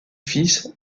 fils